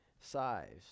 size